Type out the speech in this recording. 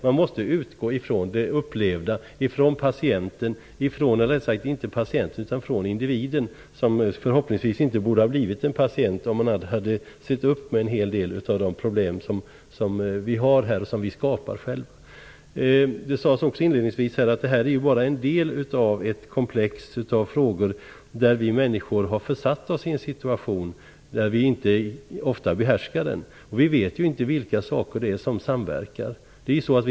Man måste utgå ifrån individen som förhoppningsvis inte hade blivit en patient om man hade sett upp med en hel del av de problem som finns här och som vi skapar själva. Det sades också inledningsvis att detta bara är en del av ett komplex av frågor där vi människor har försatt oss i en situation som vi ofta inte behärskar. Vi vet ju inte vilka saker det är som samverkar.